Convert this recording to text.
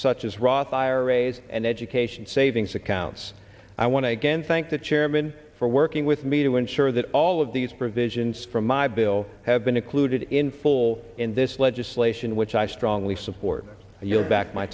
such as roth iras and education savings accounts i want to again thank the chairman for working with me to ensure that all of these provisions from my bill have been included in full in this legislation which i strongly support your back my